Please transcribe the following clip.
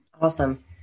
Awesome